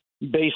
based